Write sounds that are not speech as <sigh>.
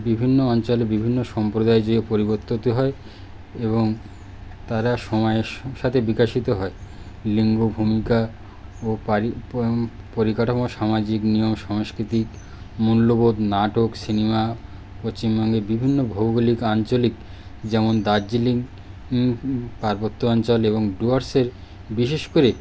বিভিন্ন অঞ্চলে বিভিন্ন সম্প্রদায়ে যেয়ে পরিবর্তিত হয় এবং তারা সময়ের সাথে বিকশিত হয় লিঙ্গ ভূমিকা ও <unintelligible> পরিকাঠামো সামাজিক নিয়ম সাংস্কৃতিক মূল্যবোধ নাটক সিনেমা পশ্চিমবঙ্গে বিভিন্ন ভৌগোলিক আঞ্চলিক যেমন দার্জিলিং পার্বত্য অঞ্চল এবং ডুয়ার্সের বিশেষ করে